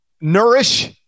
Nourish